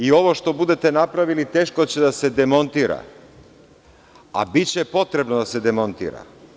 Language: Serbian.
I ovo što budete napravili, teško da će da se demontira, a biće potrebno da se demontira.